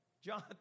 John